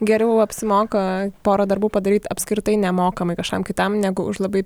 geriau apsimoka porą darbų padaryt apskritai nemokamai kažkam kitam negu už labai